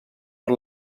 per